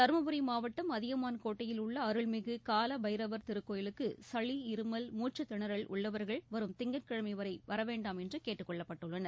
தர்மபுரி மாவட்டம் அதியமான் கோட்டையில் உள்ள அருள்மிகு காலபைரவர் திருக்கோயிலுக்கு சளி இருமல் மூச்சுத்தினறல் உள்ளவர்கள் வரும் திங்கட்கிழமை வர வேண்டாம் என்று கேட்டுக் கொள்ளப்பட்டுள்ளனர்